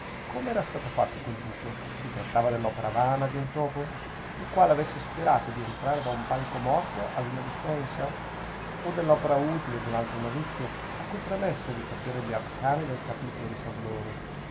come era stato fatto quel buco si trattava dell'opera vana di un topo il quale avesse sperato di entrare da un palco morto ad una dispensa o dell'opera utile d'un altro novizio a cui premesse di sapere gli arcani del capitolo di san bruno